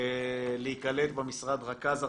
להיקלט במשרד רכז ארצי,